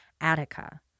Attica